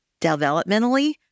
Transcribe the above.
developmentally